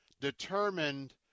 determined